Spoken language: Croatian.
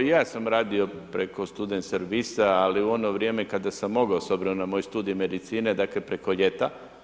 I ja sam radio preko student servisa ali u ono vrijeme kada sam mogao s obzirom na moj studij medicine, dakle preko ljeta.